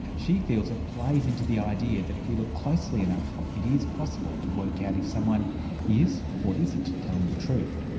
she feels it plays into the idea that if we look closely enough, it is possible to work out if someone is or isn't telling the truth.